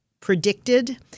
predicted